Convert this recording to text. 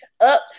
up